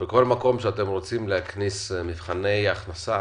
שבכל מקום שאתם רוצים להכניס מבחני הכנסה